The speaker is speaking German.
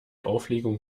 aufregung